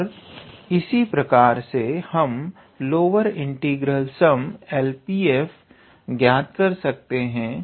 और इसी प्रकार से हम lower integral sum LP f ज्ञात कर सकते हैं